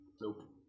Nope